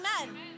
amen